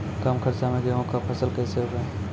कम खर्च मे गेहूँ का फसल कैसे उगाएं?